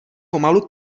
pomalu